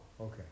Okay